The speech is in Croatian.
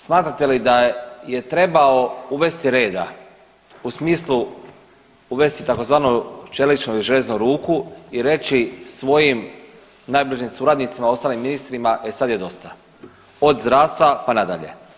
Smatrate li da je trebao uvesti reda u smislu uvesti tzv. čeličnu ili željeznu ruku i reći svojim najbližim suradnicima, ostalim ministrima e sa je dosta, od zdravstva pa nadalje.